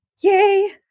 yay